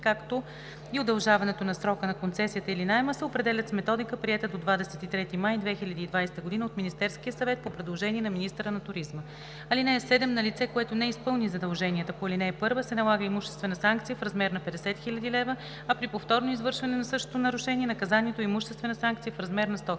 както и удължаването на срока на концесията или наема, се определят с методика, приета до 23 май 2020 г. от Министерския съвет по предложение на министъра на туризма. (7) На лице, което не изпълни задължение по ал. 1, се налага имуществена санкция в размер на 50 000 лв., а при повторно извършване на същото нарушение – наказанието е имуществена санкция в размер на 100 000